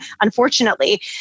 unfortunately